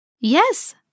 Yes